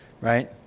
right